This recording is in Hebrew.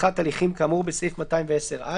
לפתיחת הליכים כאמור בסעיף 210(א).